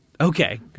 Okay